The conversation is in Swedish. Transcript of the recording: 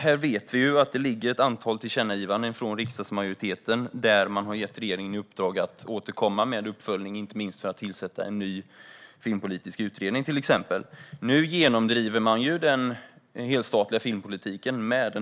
Här vet vi att det ligger ett antal tillkännagivanden från riksdagsmajoriteten, där man har gett regeringen i uppdrag att återkomma med uppföljning och inte minst att till exempel tillsätta en ny filmpolitisk utredning. Nu genomdriver man den helstatliga filmpolitiken med